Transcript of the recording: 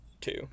two